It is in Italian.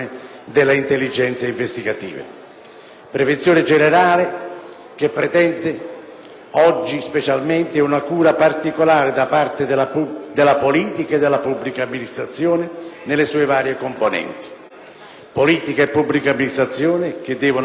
pretende, oggi specialmente, una cura particolare da parte della politica e della pubblica amministrazione nelle sue varie componenti, politica e pubblica amministrazione che devono assolutamente recuperare la propria credibilità,